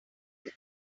that